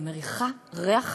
אני מריחה ריח חזק.